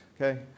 okay